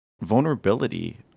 Vulnerability